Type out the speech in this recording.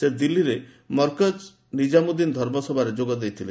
ସେ ଦିଲ୍ଲୀରେ ମର୍କଚ୍ଚ ନିକାମୁନଦ୍ଦିନ୍ ଧର୍ମସଭାରେ ଯୋଗ ଦେଇଥିଲେ